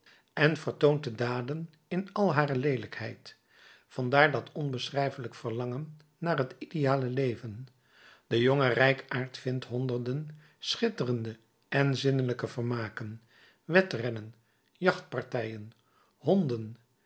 en vertoont de daden in al hare leelijkheid vandaar dat onbeschrijfelijk verlangen naar het ideale leven de jonge rijkaard vindt honderden schitterende en zinnelijke vermaken wedrennen jachtpartijen honden